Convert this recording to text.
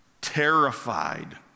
terrified